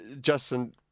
Justin